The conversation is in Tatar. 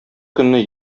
көнне